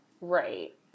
Right